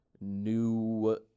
new